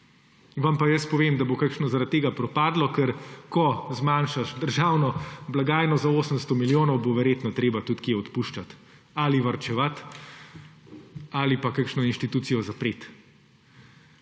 Vam pa jaz povem, da bo kakšno zaradi tega propadlo, ker ko zmanjšaš državno blagajno za 800 milijonov, bo verjetno treba tudi kje odpuščati, ali varčevati, ali pa kakšno inštitucijo zapreti.